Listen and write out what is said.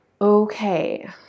Okay